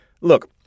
Look